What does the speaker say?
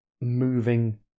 moving